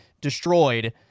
destroyed